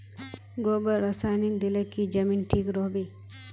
गोबर रासायनिक दिले की जमीन ठिक रोहबे?